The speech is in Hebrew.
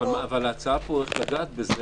אבל ההצעה פה איך לגעת בזה,